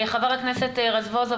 חבר הכנסת רזבוזוב,